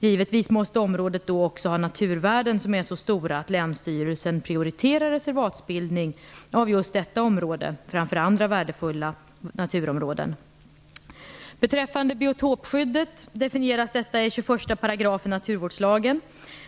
Givetvis måste området då också ha naturvärden som är så stora att länsstyrelsen prioriterar reservatsbildning av just detta område framför andra värdefulla naturområden. naturvårdslagen.